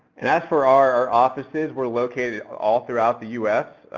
and as for our, our offices, we're located all throughout the us.